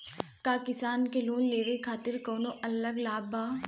का किसान के लोन लेवे खातिर कौनो अलग लाभ बा?